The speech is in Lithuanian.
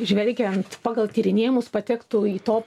žvelgiant pagal tyrinėjimus patektų į top